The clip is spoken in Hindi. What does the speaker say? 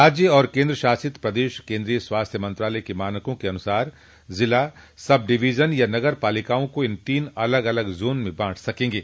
राज्य और केन्द्र शासित प्रदेश केंद्रीय स्वास्थ्य मंत्रालय के मानकों के अनुसार जिला सब डिवीजन या नगर पालिकाओं को इन तीन अलग अलग जोन में बांट सकेंगे